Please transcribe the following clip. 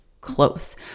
close